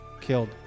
killed